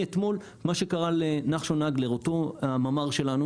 אתמול, מה שקרה לנחשון אדלר אותו ממ"ר שלנו